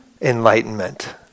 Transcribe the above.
enlightenment